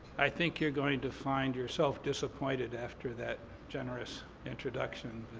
i think you're going to find yourself disappointed after that generous introduction.